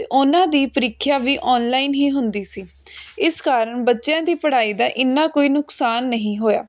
ਤੇ ਉਹਨਾਂ ਦੀ ਪ੍ਰੀਖਿਆ ਵੀ ਆਨਲਾਈਨ ਹੀ ਹੁੰਦੀ ਸੀ ਇਸ ਕਾਰਨ ਬੱਚਿਆਂ ਦੀ ਪੜ੍ਹਾਈ ਦਾ ਇੰਨਾ ਕੋਈ ਨੁਕਸਾਨ ਨਹੀਂ ਹੋਇਆ